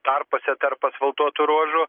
tarpuose tarp asfaltuotų ruožų